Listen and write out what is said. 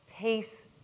peace